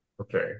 Okay